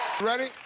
Ready